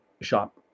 shop